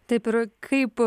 taip ir kaip